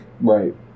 right